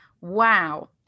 wow